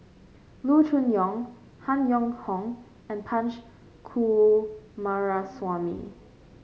Loo Choon Yong Han Yong Hong and Punch Coomaraswamy